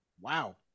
Wow